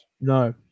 No